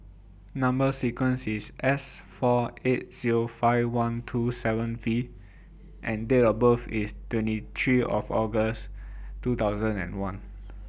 Number sequence IS S four eight Zero five one two seven V and Date of birth IS twenty three of August two thousand and one